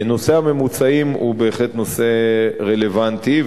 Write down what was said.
נושא הממוצעים הוא בהחלט נושא רלוונטי,